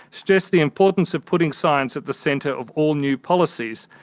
stressed the importance of putting science at the centre of all new policies,